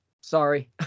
sorry